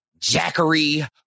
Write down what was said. Jackery